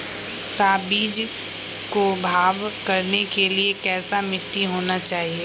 का बीज को भाव करने के लिए कैसा मिट्टी होना चाहिए?